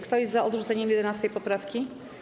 Kto jest za odrzuceniem 11. poprawki?